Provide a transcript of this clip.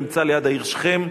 נמצא ליד העיר שכם.